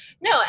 no